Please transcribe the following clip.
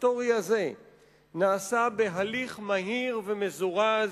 ההיסטורי הזה נעשה בהליך מהיר ומזורז.